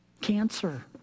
cancer